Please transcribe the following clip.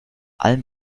allen